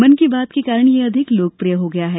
मन की बात के कारण यह अधिक लोकप्रिय हो गया है